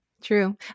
True